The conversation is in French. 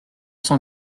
cent